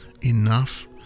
enough